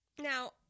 Now